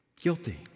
Guilty